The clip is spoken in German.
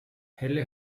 helle